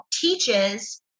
teaches